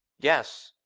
yes.